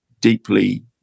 deeply